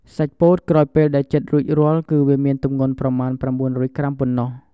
សាច់ពោតក្រោយពេលដែលចិត្តរួចរាល់ គឺវាមានទម្ងន់ប្រមាណជា ៩០០ ក្រាមប៉ុណ្ណោះ។